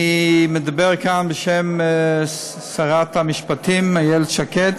אני מדבר כאן בשם שרת המשפטים איילת שקד.